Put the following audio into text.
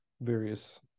various